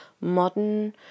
modern